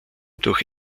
durch